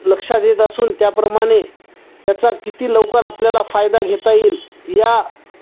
लक्षात येत असून त्याप्रमाणे त्याचा किती लवकर आपल्याला फायदा घेता येईल या